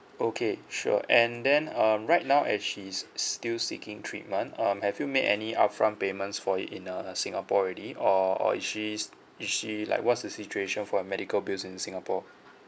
okay sure and then um right now as she's still seeking treatment um have you made any upfront payments for it in uh singapore already or or is she is she like what's the situation for her medical bills in singapore